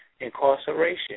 incarceration